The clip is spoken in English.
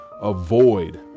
avoid